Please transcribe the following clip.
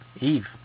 Eve